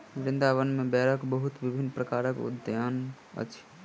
वृन्दावन में बेरक बहुत विभिन्न प्रकारक उद्यान अछि